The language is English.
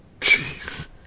Jeez